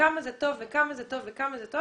כמה זה טוב וכמה זה טוב וכמה זה טוב.